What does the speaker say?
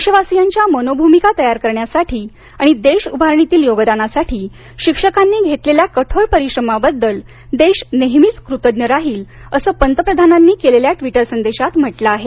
देशवासीयांच्यामनोभूमिका तयार करण्यासाठी आणि देश उभारणीतील योगदानासाठी शिक्षकांनी घेतलेल्याकठोर परिश्रमाबद्दल देश नेहमीच क्रतज्ञ राहील अस पंतप्रधानांनी केलेल्या ट्वीटसंदेशात म्हटल आहे